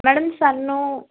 madam ਸਾਨੂੰ